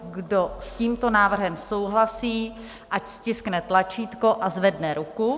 Kdo s tímto návrhem souhlasí, ať stiskne tlačítko a zvedne ruku.